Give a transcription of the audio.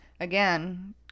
Again